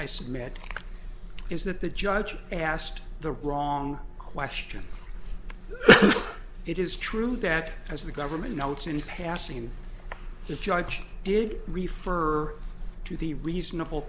i submit is that the judge asked the wrong question it is true that as the government notes in passing the judge did refer to the reasonable